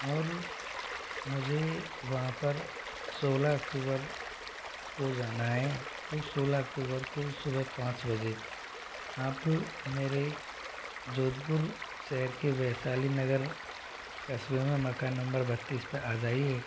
और मुझे वहाँ पर सोलह अक्टूबर को जाना है तो सोलह अक्टूबर को सुबह पाँच बजे आप मेरे जोधपुर शहर के वैशाली नगर कस्बे में मकान नंबर बत्तीस पे आ जाइए